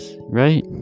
right